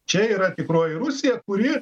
čia yra tikroji rusija kuri